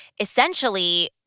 essentially